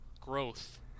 Growth